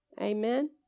amen